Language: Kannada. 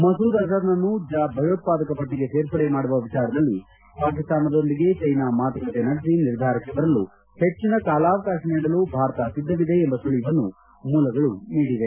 ಮಸೂದ್ ಅಜರ್ನನ್ನು ಭಯೋತ್ವಾದಕ ಪಟ್ಟಗೆ ಸೇರ್ಪಡೆ ಮಾಡುವ ವಿಚಾರದಲ್ಲಿ ಪಾಕಿಸ್ತಾನದೊಂದಿಗೆ ಚೈನಾ ಮಾತುಕತೆ ನಡೆಸಿ ನಿರ್ಧಾರಕ್ಕೆ ಬರಲು ಹೆಚ್ಚಿನ ಕಾಲಾವಕಾಶ ನೀಡಲು ಭಾರತ ಸಿದ್ದವಿದೆ ಎಂಬ ಸುಳಿವನ್ನು ಮೂಲಗಳು ನೀಡಿವೆ